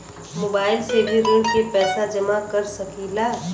Mobile से भी ऋण के पैसा जमा कर सकी ला?